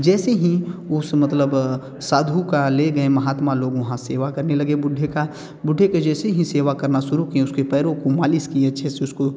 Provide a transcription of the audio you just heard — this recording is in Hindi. जैसे ही उस मतलब साधु का लेंगे महात्मा लोग वहाँ सेवा करने लगे बुड्ढे का बुड्ढे के जैसे ही सेवा करना शुरू किए उसके पैरों को मालिश किए अच्छे से उसको